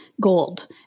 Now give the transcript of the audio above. gold